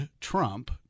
Trump